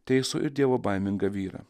teisų ir dievobaimingą vyrą